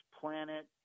planet